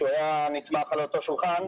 שהוא היה נתמך על אותו שולחן,